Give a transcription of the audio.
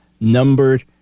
numbered